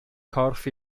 corff